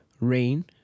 Rain